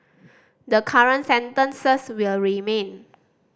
the current sentences will remain